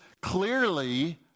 clearly